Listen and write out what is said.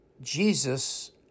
Jesus